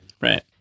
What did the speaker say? Right